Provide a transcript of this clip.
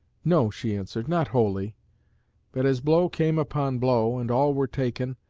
no, she answered, not wholly but as blow came upon blow, and all were taken,